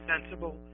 sensible